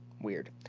weird